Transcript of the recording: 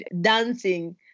dancing